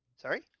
Sorry